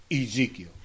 Ezekiel